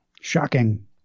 Shocking